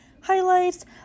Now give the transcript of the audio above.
highlights